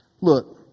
Look